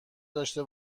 داشته